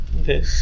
Okay